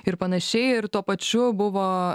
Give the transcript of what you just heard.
ir panašiai ir tuo pačiu buvo